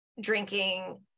drinking